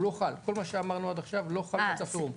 כל מה שאמרנו עד עכשיו לא חל במצב חירום.